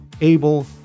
Abel